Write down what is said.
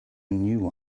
new